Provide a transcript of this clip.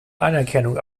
anerkennung